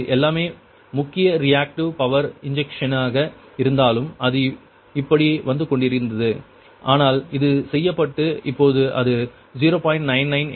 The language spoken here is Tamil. எல்லாமே முக்கிய ரியாக்டிவ் பவர் இன்ஜெக்ஷனாக இருந்தாலும் அது இப்படி வந்து கொண்டிருந்தது ஆனால் அது செய்யப்பட்டு இப்போது அது 0